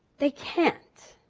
they can't.